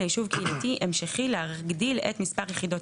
ליישוב קהילתי המשכי להגדיל את מספר יחידות